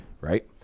right